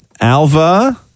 Alva